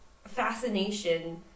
fascination